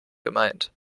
gemeint